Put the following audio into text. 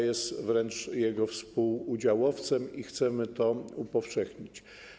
Jest wręcz jego współudziałowcem i chcemy to upowszechnić.